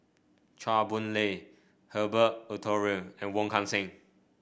Chua Boon Lay Herbert Eleuterio and Wong Kan Seng